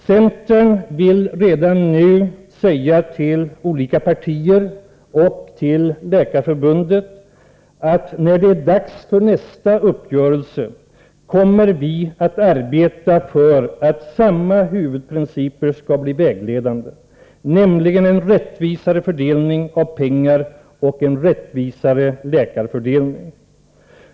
Centern vill redan nu säga till olika partier och till Läkarförbundet att när det är dags för nästa uppgörelse kommer vi att arbeta för att samma huvudprinciper skall bli vägledande, nämligen en rättvisare fördelning av pengar och en rättvisare läkarfördelning.